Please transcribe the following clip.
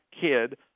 kid